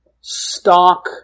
stock